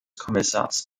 kommissars